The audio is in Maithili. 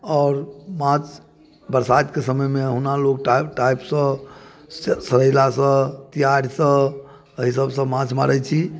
आओर माछ बरसातके समयमे ओहुना लोक टापसँ सरैलासँ तिआरसँ एहि सबसँ माछ मारै छी